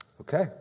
Okay